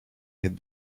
hid